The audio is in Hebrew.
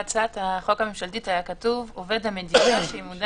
בהצעת החוק הממשלתית היה כתוב: עובד המדינה שימונה